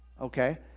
Okay